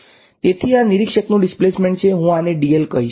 તેથી આ નિરીક્ષકનું ડિસ્પ્લેસમેન્ટ છે અને હું આને dl લખીશ